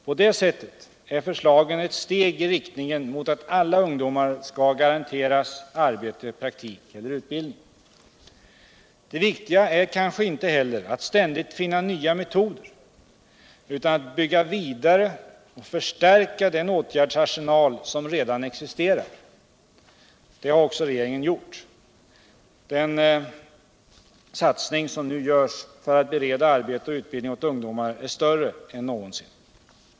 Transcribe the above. På det sättet är förslagen ett steg i riktning mot att alla ungdomar skall garanteras arbete, praktik eller utbildning. Det viktiga är kanske inte heller att ständigt finna nya metoder, utan att bygga vidare och förstärka den åtgärdsarsenal som redan existerar. Det har också regeringen gjort. Den satsning som nu görs för att bereda arbete och utbildning åt ungdomar är större än någonsin.